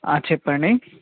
చెప్పండి